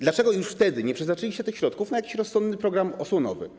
Dlaczego już wtedy nie przeznaczyliście tych środków na jakiś rozsądny program osłonowy?